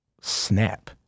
snap